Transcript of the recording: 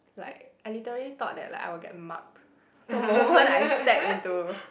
like I literally thought that like I will get marked the moment I step into